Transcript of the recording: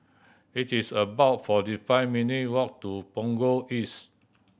it is about forty five minute walk to Punggol East